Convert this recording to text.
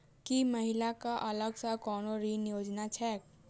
की महिला कऽ अलग सँ कोनो ऋण योजना छैक?